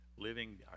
living